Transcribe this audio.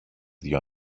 δυο